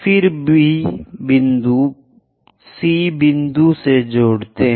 फिर B बिंदु C बिंदु से जुड़ते हैं